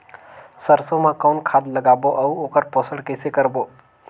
सरसो मा कौन खाद लगाबो अउ ओकर पोषण कइसे करबो?